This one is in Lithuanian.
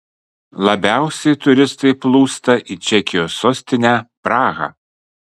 labiausiai turistai plūsta į čekijos sostinę prahą